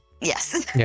Yes